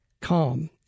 Calm